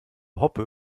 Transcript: hoppe